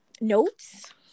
notes